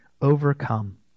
overcome